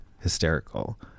Hysterical